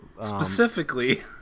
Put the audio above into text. Specifically